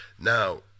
now